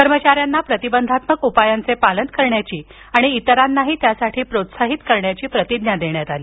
कर्मचाऱ्यांना प्रतिबंधात्मक उपायांचे पालन करण्याची आणि इतरांनाही त्यासाठी प्रोत्साहित करण्याची प्रतिज्ञा देण्यात आली